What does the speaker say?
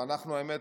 והאמת,